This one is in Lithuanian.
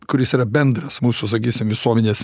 kuris yra bendras mūsų sakysim visuomenės